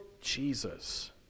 Jesus